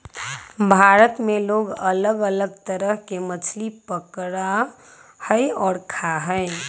भारत में लोग अलग अलग तरह के मछली पकडड़ा हई और खा हई